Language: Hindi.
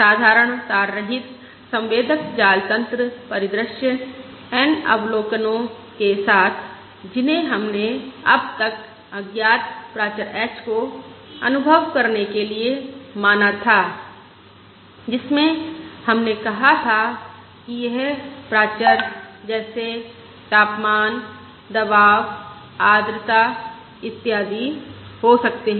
साधारण तार रहित संवेदक जाल तंत्र परिदृश्य N अवलोकनो के साथ जिन्हें हमने अब तक अज्ञात प्राचर h को अनुभव करने के लिए माना था जिसमें हमने कहा था कि यह प्राचर जैसे तापमान दबाव आद्रता इत्यादि हो सकते हैं